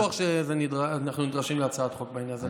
אני לא בטוח שאנחנו נדרשים להצעת חוק בעניין הזה.